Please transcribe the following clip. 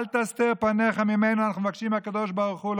אל תסתר פניך ממני" אנחנו מבקשים מהקדוש ברוך הוא,